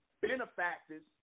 benefactors